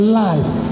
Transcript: life